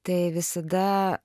tai visada